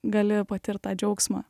gali patirt tą džiaugsmą